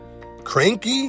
Cranky